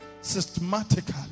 systematically